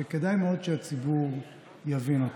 וכדאי מאוד שהציבור יבין אותו.